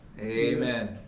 Amen